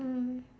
mm